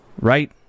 right